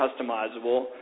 customizable